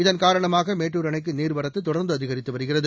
இதன் காரணமாக மேட்டூர் அணைக்கு நீர் வரத்து தொடர்ந்து அதிகரித்து வருகிறது